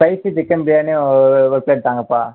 spicy chicken பிரியாணியும் ஒரு plate தாங்கப்பா